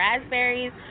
raspberries